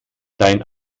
dein